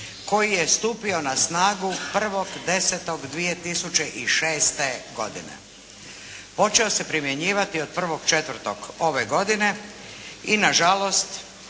koji je stupio na snagu 1.10.2006. godine. Počeo se primjenjivati od 1.4. ove godine i na žalost